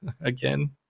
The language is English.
again